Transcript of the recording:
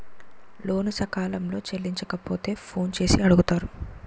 లోను సకాలంలో చెల్లించకపోతే ఫోన్ చేసి అడుగుతారు